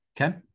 Okay